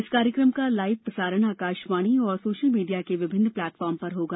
इस कार्यक्रम का लाइव प्रसारण आकाशवाणी और सोशल मीडिया के विभिन्न प्लेटफार्म पर होगा